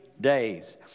days